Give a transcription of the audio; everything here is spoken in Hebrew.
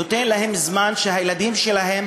זמן שהילדים שלהם,